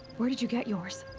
where did you get yours?